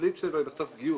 שהתכלית שלו היא גיוס,